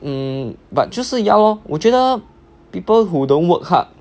mm but 就是 ya lor 我觉得 people who don't work hard